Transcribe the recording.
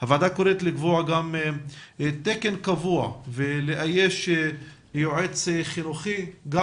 הוועדה קוראת לקבוע תקן קבוע ולאייש יועץ חינוכי גם